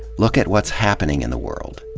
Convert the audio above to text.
look at what's happening in the world,